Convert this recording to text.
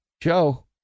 Joe